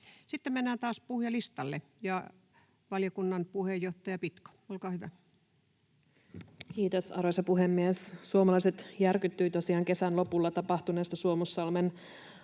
Sitten mennään taas puhujalistalle. — Ja valiokunnan puheenjohtaja Pitko, olkaa hyvä. Kiitos, arvoisa puhemies! Suomalaiset järkyttyivät tosiaan kesän lopulla tapahtuneesta Suomussalmen